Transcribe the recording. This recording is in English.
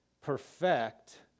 perfect